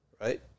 right